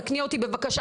תקני אותי בבקשה,